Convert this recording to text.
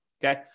Okay